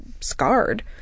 scarred